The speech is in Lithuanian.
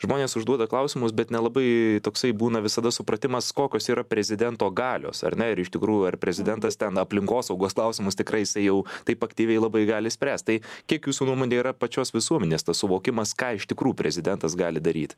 žmonės užduoda klausimus bet nelabai toksai būna visada supratimas kokios yra prezidento galios ar ne ir iš tikrųjų ar prezidentas ten aplinkosaugos klausimus tikrai jisai jau taip aktyviai labai gali spręst tai kiek jūsų nuomone yra pačios visuomenės tas suvokimas ką iš tikrųjų prezidentas gali daryt